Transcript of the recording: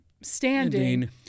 standing